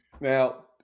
Now